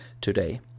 today